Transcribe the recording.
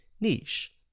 niche